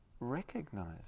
recognize